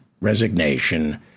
resignation